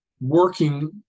working